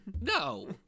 No